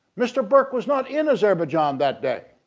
mr burke was not in azerbaijan that day,